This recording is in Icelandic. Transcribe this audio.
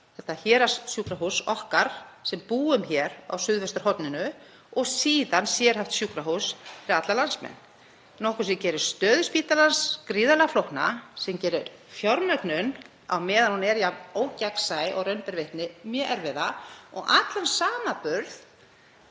vegar héraðssjúkrahús okkar sem búum á suðvesturhorninu og síðan sérhæft sjúkrahús fyrir alla landsmenn. Þetta er nokkuð sem gerir stöðu spítalans gríðarlega flókna, sem gerir fjármögnun, á meðan hún er jafn ógagnsæ og raun ber vitni, mjög erfiða og allan samanburð